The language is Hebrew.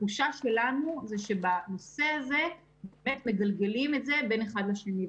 התחושה שלנו היא שבנושא הזה מגלגלים את זה בין האחד לשני.